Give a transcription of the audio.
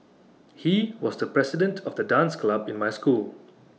he was the president of the dance club in my school